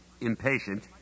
impatient